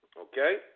Okay